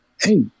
hey